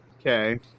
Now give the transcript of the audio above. Okay